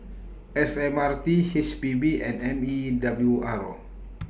S M R T H P B and M E W R